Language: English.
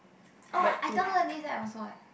oh I downloaded this app also eh